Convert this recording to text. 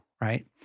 right